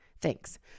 Thanks